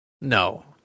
No